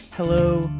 Hello